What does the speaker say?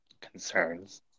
concerns